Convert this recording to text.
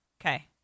Okay